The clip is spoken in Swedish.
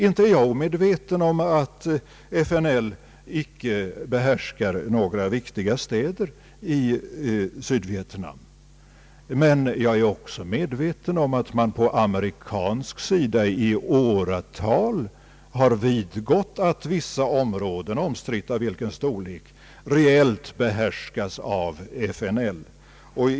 Inte är jag omedveten om att FNL icke behärskar några viktiga städer i Sydvietnam, men jag är också medveten om att man på amerikansk sida i åratal har vidgått att vissa områden — omstritt av vilken storlek — reellt behärskas av FNL.